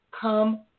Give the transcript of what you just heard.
come